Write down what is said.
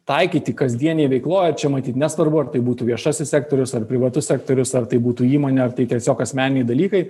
taikyti kasdienėj veikloj ir čia matyt nesvarbu ar tai būtų viešasis sektorius ar privatus sektorius ar tai būtų įmonė ar tai tiesiog asmeniniai dalykai